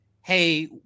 Hey